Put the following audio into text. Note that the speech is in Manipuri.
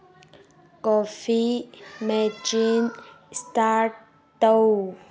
ꯀꯣꯐꯤ ꯃꯦꯆꯤꯟ ꯏꯁꯇꯥꯔꯠ ꯇꯧ